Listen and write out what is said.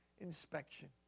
inspection